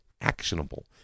actionable